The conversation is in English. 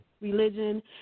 religion